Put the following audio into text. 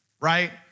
right